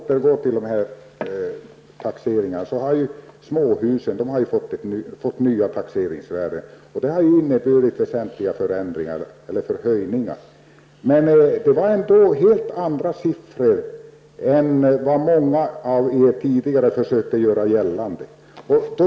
Herr talman! Jag återgår till taxeringarna. Småhusen har fått nya taxeringsvärden. Det har inneburit väsentliga förhöjningar. Men det var ändå fråga om helt andra siffror än vad många av er tidigare försökte göra gällande.